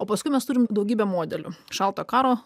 o paskui mes turime daugybę modelių šaltojo karo